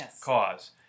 cause